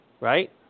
right